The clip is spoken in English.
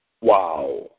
Wow